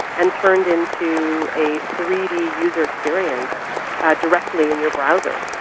and turned into a three d user experience directly in your browser.